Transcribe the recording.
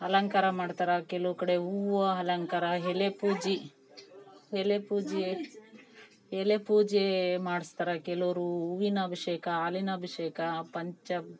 ಅಲಂಕಾರ ಮಾಡ್ತರೆ ಕೆಲವುಕಡೆ ಹೂವು ಅಲಂಕಾರ ಎಲೆ ಪೂಜೆ ಎಲೆ ಪೂಜೆ ಎಲೆ ಪೂಜೆ ಮಾಡಿಸ್ತಾರ ಕೆಲವರು ಹೂವಿನ ಅಭಿಷೇಕ ಹಾಲಿನ ಅಭಿಷೇಕ ಪಂಚ